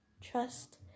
trust